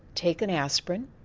take an aspirin,